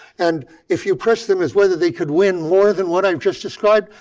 and if you pressed them as whether they could win more than what i've just described,